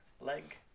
leg